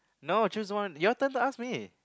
no choose one your turn to ask me